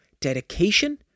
dedication